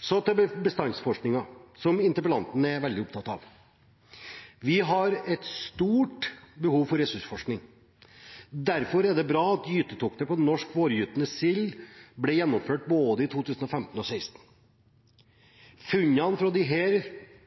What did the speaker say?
Så til bestandsforskningen, som interpellanten er veldig opptatt av: Vi har et stort behov for ressursforskning. Derfor er det bra at gytetokter på norsk vårgytende sild ble gjennomført i både 2015 og 2016. Funnene fra